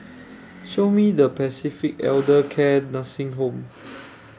Show Me The Way to Pacific Elder Care Nursing Home